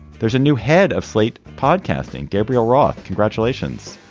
there's a new head of slate podcasting. gabriel roth congratulations.